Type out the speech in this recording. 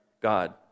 God